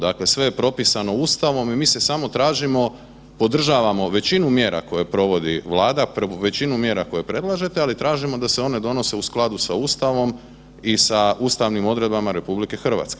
Dakle, sve je propisano Ustavom i mi se samo tražimo, podržavamo većinu mjera koje provodi Vlada, većinu mjera koje predlažete, ali tražimo da se one donose u skladu sa Ustavom i sa ustavnim odredbama RH.